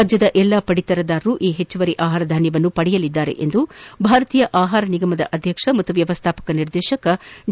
ರಾಜ್ಯದ ಎಲ್ಲ ಪಡಿತರದಾರರು ಈ ಹೆಚ್ಚುವರಿ ಆಹಾರಧಾನ್ಯವನ್ನು ಪಡೆಯಲಿದ್ದಾರೆ ಎಂದು ಭಾರತೀಯ ಆಹಾರ ನಿಗಮದ ಅಧ್ಯಕ್ಷ ಹಾಗೂ ವ್ಯವಸ್ಥಾಪಕ ನಿರ್ದೇಶಕ ಡಿ